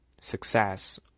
success